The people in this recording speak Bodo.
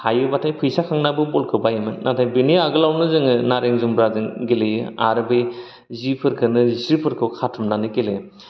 हायोबाथाय फैसा खांनाबो बल खौ बायोमोन नाथाय बेनि आगोलावनो जोङो नारें जुमब्राजों गेलेयो आरो बै जिफोरखौनो जिस्रिफोरखौ खाथुमनानै गेलेयोमोन